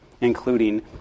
including